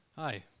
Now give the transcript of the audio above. Hi